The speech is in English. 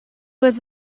was